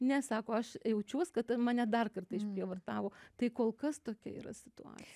ne sako aš jaučiuos kad mane dar kartą išprievartavo tai kol kas tokia yra situacija